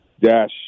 dash